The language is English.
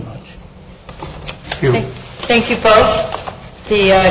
much thank you for the